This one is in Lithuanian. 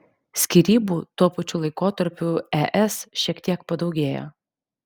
skyrybų tuo pačiu laikotarpiu es šiek tiek padaugėjo